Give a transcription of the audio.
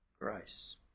grace